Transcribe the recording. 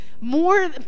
more